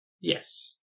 Yes